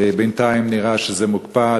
בינתיים נראה שזה מוקפא.